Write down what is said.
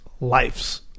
lives